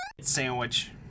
sandwich